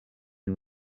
and